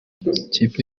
ikipe